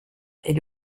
est